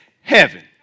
heaven